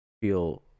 feel